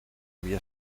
había